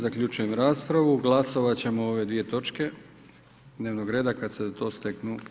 Zaključujem raspravu, glasovat ćemo o ove dvije točke dnevnog reda kad se za to steknu uvjeti.